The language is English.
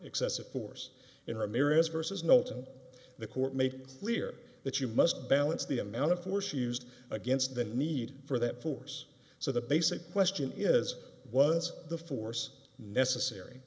excessive force in ramirez versus knowlton the court make clear that you must balance the amount of force used against the need for that force so the basic question is was the force necessary